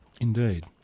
Indeed